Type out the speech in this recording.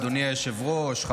אדוני היושב-ראש.